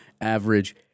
average